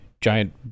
giant